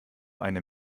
eine